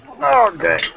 Okay